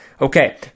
okay